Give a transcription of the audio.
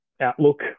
Outlook